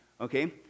Okay